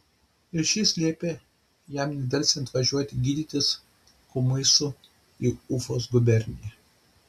ir šis liepė jam nedelsiant važiuoti gydytis kumysu į ufos guberniją